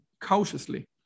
cautiously